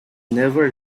never